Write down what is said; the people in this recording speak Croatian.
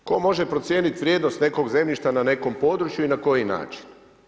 Tko može procijeniti vrijednost nekog zemljišta na nekom području i na koji način?